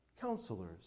counselors